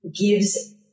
gives